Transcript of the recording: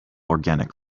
organic